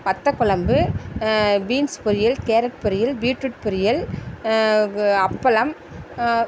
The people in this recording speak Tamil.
வத்த குழம்பு பீன்ஸ் பொரியல் கேரட் பொரியல் பீட்ரூட் பொரியல் அப்பளம்